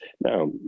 Now